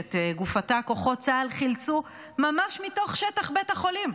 את גופתה כוחות צה"ל חילצו ממש מתוך שטח בית החולים.